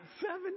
seven